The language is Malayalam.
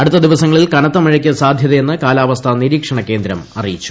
അടുത്ത ദിവസങ്ങളിൽ കനത്ത മഴയ്ക്ക് സാധ്യതയെന്ന് കാലാവസ്ഥ നിരീക്ഷണ കേന്ദ്രം അറിയിച്ചു